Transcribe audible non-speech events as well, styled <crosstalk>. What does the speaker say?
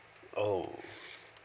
oh <noise>